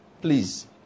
Please